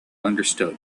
understood